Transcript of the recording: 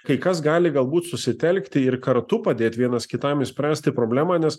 kai kas gali galbūt susitelkti ir kartu padėt vienas kitam išspręsti problemą nes